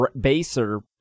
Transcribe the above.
Baser